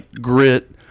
grit